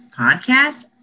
podcast